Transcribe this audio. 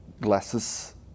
glasses